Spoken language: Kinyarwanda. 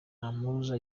mpuruza